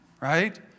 right